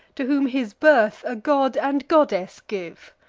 to whom his birth a god and goddess give!